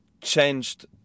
changed